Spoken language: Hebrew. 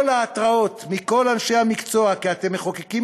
כל ההתראות מכל אנשי המקצוע שאתם מחוקקים